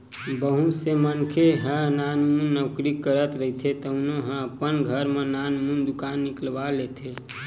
बहुत से मनखे ह नानमुन नउकरी करत रहिथे तउनो ह अपन घर म नानमुन दुकान निकलवा लेथे